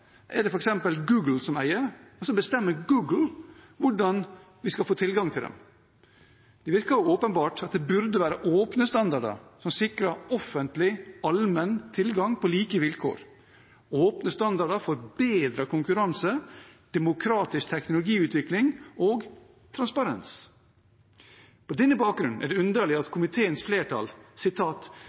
er det f.eks. Google som eier, og så bestemmer Google hvordan vi skal få tilgang til dem. Det virker åpenbart at det burde være åpne standarder, som sikrer offentlig, allmenn tilgang på like vilkår – åpne standarder for bedre konkurranse, demokratisk teknologiutvikling og transparens. På denne bakgrunn er det underlig at komiteens flertall